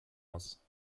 muss